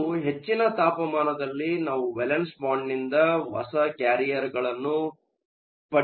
ಕೆಲವು ಹೆಚ್ಚಿನ ತಾಪಮಾನದಲ್ಲಿ ನಾವು ವೇಲೆನ್ಸ್ ಬ್ಯಾಂಡ್ನಿಂದ ಹೊಸ ಕ್ಯಾರಿಯರ್ ಗಳನ್ನು ಪಡೆಯಲಿದ್ದೇವೆ